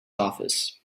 office